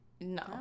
No